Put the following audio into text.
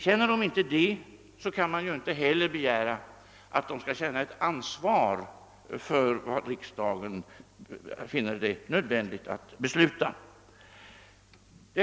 Känner de inte det, kan man inte heller begära att de skall känna ett ansvar för vad riksdagen finner nödvändigt att besluta.